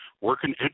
working